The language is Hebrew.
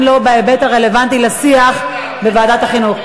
לא בהיבט הרלוונטי לשיח בוועדת החינוך.